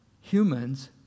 humans